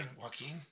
Joaquin